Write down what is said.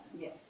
Yes